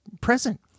present